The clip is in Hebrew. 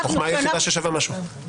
החוכמה היחידה ששווה משהו.